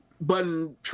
button